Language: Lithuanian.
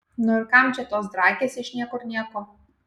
nu ir kam čia tos drakės iš niekur nieko